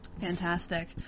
Fantastic